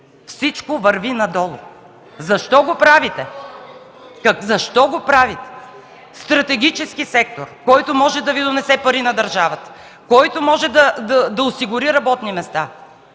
Всичко върви надолу. Защо го правите?! Защо го правите?! Стратегически сектор, който може да донесе пари на държавата, който може да осигури работни места,